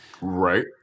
Right